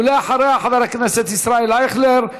אחריה, חבר הכנסת ישראל אייכלר.